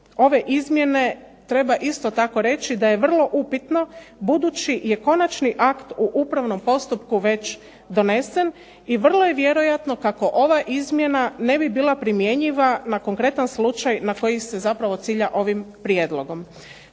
ove izmjene treba isto tako reći da je vrlo upitno, budući je konačni akt u upravnom postupku već donesen, i vrlo je vjerojatno kako ova izmjena ne bi bila primjenjiva na konkretan slučaj na koji se zapravo cilja ovim prijedlogom.